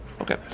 Okay